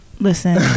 Listen